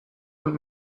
und